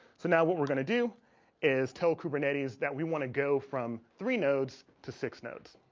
so now what we're going to do is tell kubernetes that we want to go from three nodes to six nodes